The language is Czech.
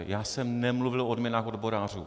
Já jsem nemluvil o odměnách odborářů.